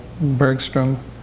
Bergstrom